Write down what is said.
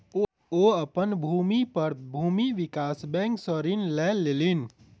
ओ अपन भूमि पर भूमि विकास बैंक सॅ ऋण लय लेलैन